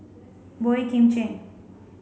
Boey Kim Cheng